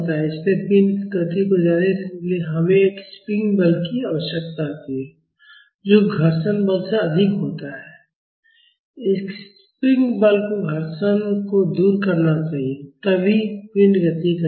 इसलिए पिण्ड की गति को जारी रखने के लिए हमें एक स्प्रिंग बल की आवश्यकता होती है जो घर्षण बल से अधिक होता है स्प्रिंग बल को घर्षण को दूर करना चाहिए तभी पिण्ड गति करेगा